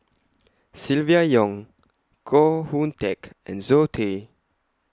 Silvia Yong Koh Hoon Teck and Zoe Tay